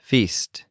Feast